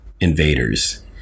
invaders